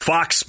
Fox